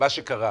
מה שקרה.